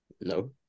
No